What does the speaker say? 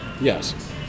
yes